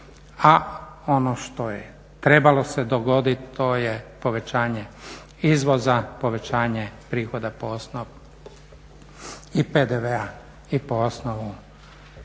A ono što je trebalo se dogoditi to je povećanje izvoza, povećanje prihoda po osnovi i PDV-a i po osnovu